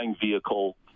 vehicle